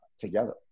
together